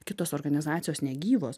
kitos organizacijos negyvos